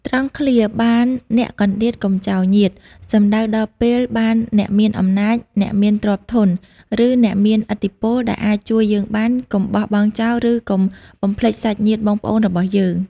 ត្រង់ឃ្លា បានអ្នកកន្តៀត កុំចោលញាតិ សំដៅដល់ពេលបានអ្នកមានអំណាច អ្នកមានទ្រព្យធន ឬអ្នកមានឥទ្ធិពលដែលអាចជួយយើងបាន កុំបោះបង់ចោល ឬកុំបំភ្លេចសាច់ញាតិបងប្អូនរបស់យើង។